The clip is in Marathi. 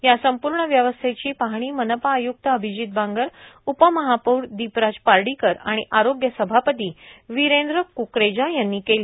या संपूर्ण व्यवस्थेची पाहणी मनपा आय्क्त अभिजीत बांगरए उपमहापौर वीपराज पार्डीकर आणि आरोग्य सभापती वीरेंद्र क्करेजा यांनी केली